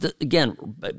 again